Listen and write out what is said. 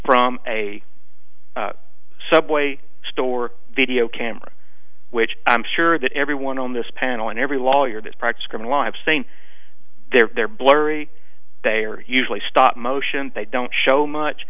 from a subway store video camera which i'm sure that everyone on this panel and every lawyer that practice criminal i've seen there blurry they are usually stop motion they don't show much